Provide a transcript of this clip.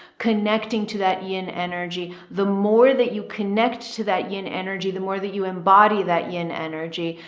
connecting to that yin energy. the more that you connect to that yin energy, the more that you embody that yin energy,